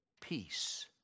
peace